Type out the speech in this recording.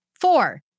Four